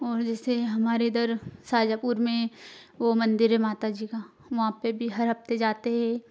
और जैसे हमारे इधर शाहजहाँपुर में वो मंदिर है माता जी का वहाँ पर भी हर हफ्ते जाते हैं